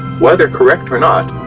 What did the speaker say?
whether correct or not,